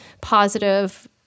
positive